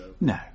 No